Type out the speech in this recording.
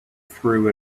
threw